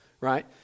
right